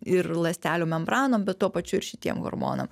ir ląstelių membranom bet tuo pačiu ir šitiem hormonam